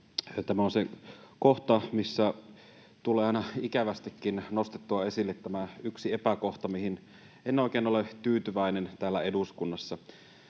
Tämä on se kohta, missä tulee aina ikävästikin nostettua esille tämä yksi epäkohta, mihin en oikein ole tyytyväinen täällä eduskunnassa.